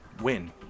win